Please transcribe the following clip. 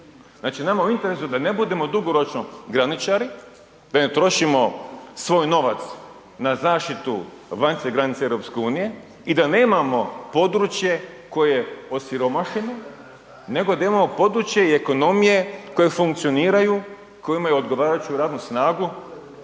Znači nama je u interesu da ne budemo dugoročno graničari, da ne trošimo svoj novac na zaštitu vanjske granice EU i da nemamo područje koje je osiromašeno nego da imamo područje i ekonomije koje funkcioniraju, koje imaju odgovarajuću radnu snagu